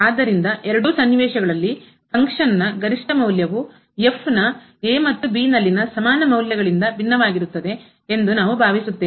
ಆದ್ದರಿಂದ ಎರಡೂ ಸನ್ನಿವೇಶಗಳಲ್ಲಿ ಫಂಕ್ಷನ್ ನ ಕ್ರಿಯೆಯ ಗರಿಷ್ಠ ಮೌಲ್ಯವು ನ ಮತ್ತು ನಲ್ಲಿನ ಸಮಾನ ಮೌಲ್ಯಗಳಿಂದ ಭಿನ್ನವಾಗಿರುತ್ತದೆ ಎಂದು ನಾವು ಭಾವಿಸುತ್ತೇವೆ